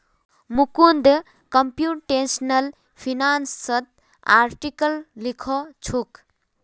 Mukund computational फिनांसत article लिखछोक